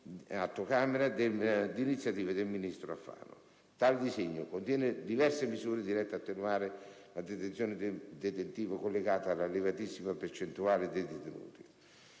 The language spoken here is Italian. (Atto Camera), d'iniziativa del ministro Alfano. Tale disegno contiene diverse misure dirette ad attenuare la tensione detentiva collegata alla elevatissima percentuale di detenuti